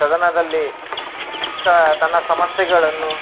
ಸದನದಲ್ಲಿ ಸ ತನ್ನ ಸಮಸ್ಯೆಗಳನ್ನು